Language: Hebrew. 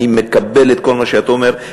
אני מקבל את כל מה שאתה אומר.